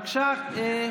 בבקשה,